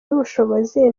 n’ubushobozi